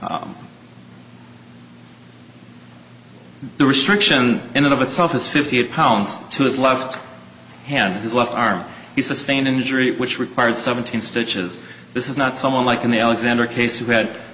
the restriction in and of itself is fifty eight pounds to his left hand his left arm he sustained an injury which required seventeen stitches this is not someone like in the alexander case who had